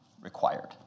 required